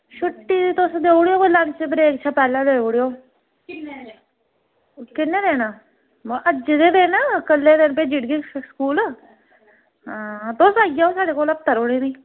छुट्टी देई ओड़ेओ कोई लंच ब्रेक कशा पैह्लें देई ओड़ेओ कुन्नै लैना मतलब अज्जै दे दिन कल्लै दे दिन भेजी ओड़गी स्कूल तुस आई जाओ साढ़े कोल हफ्ता रौह्ने ई